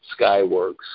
Skyworks